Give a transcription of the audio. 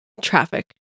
traffic